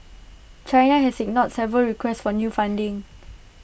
China has ignored several requests for new funding